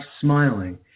smiling